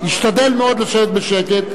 השתדל מאוד לשבת בשקט,